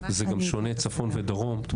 זה גם שונה צפון ודרום.